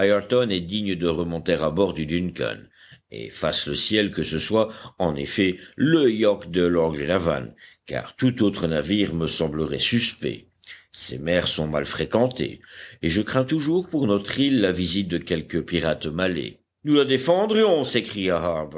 est digne de remonter à bord du duncan et fasse le ciel que ce soit en effet le yacht de lord glenarvan car tout autre navire me semblerait suspect ces mers sont mal fréquentées et je crains toujours pour notre île la visite de quelques pirates malais nous la défendrions s'écria